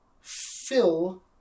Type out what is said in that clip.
fill